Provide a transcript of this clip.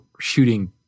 shooting